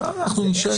מישהו